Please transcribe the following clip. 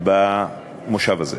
במושב הזה.